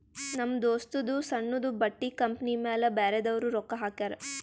ನಮ್ ದೋಸ್ತದೂ ಸಣ್ಣುದು ಬಟ್ಟಿ ಕಂಪನಿ ಮ್ಯಾಲ ಬ್ಯಾರೆದವ್ರು ರೊಕ್ಕಾ ಹಾಕ್ಯಾರ್